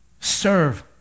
serve